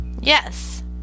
Yes